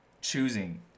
choosing